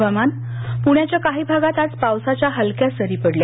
हवामान प्ण्याच्या काही भागात आज पावसाच्या हलक्या सरी पडल्या